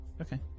Okay